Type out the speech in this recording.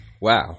Wow